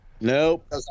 nope